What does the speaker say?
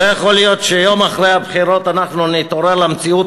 לא יכול להיות שיום אחרי הבחירות נתעורר למציאות